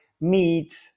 meat